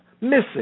missing